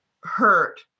hurt